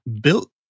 built